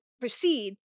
proceed